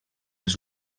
els